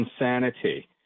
insanity